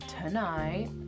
tonight